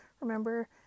remember